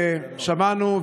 שמענו,